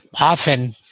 often